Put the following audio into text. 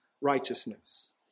righteousness